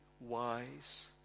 wise